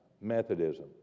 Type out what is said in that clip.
Methodism